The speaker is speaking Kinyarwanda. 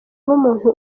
n’umuntu